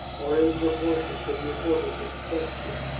or in proportion to the importance of the question,